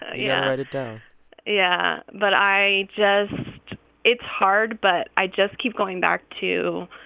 yeah it it down yeah. but i just it's hard, but i just keep going back to,